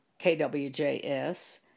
KWJS